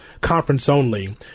conference-only